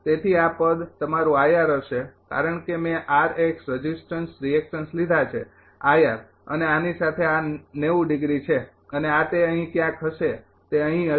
તેથી આ પદ તમારુ હશે કારણ કે મેં રજીસ્ટન્સ રિએક્ટન્સ લીધા છે અને આની સાથે આ ડિગ્રી છે અને આ તે અહીં ક્યાક હશે તે અહી હશે